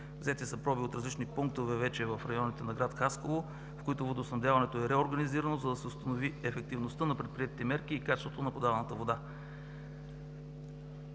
Взети са проби от различни пунктове вече в районите на град Хасково, в които водоснабдяването е реорганизирано, за да се установи ефективността на предприетите мерки и качеството на подаваната вода.